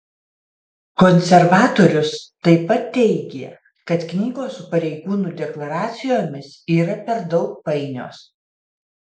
konservatorius taip pat teigė kad knygos su pareigūnų deklaracijomis yra per daug painios